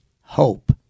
hope